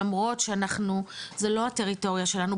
שלמרות שזה לא הטריטוריה שלנו,